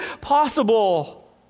possible